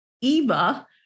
Eva